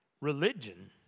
religion